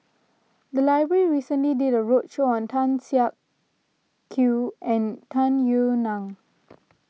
the library recently did a roadshow on Tan Siak Kew and Tung Yue Nang